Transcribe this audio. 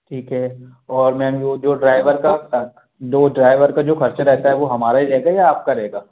ठीक है और मैम वो जो ड्राईवर का दो ड्राईवर का जो ख़र्चा रहता है वो हमारा ही रहेगा या आपका रहेगा